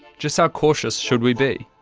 just how cautious should we be?